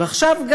וגם עכשיו,